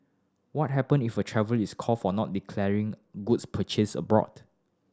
what happen if a traveller is caught for not declaring goods purchased abroad